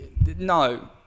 no